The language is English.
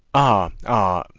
ah! ah!